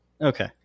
Okay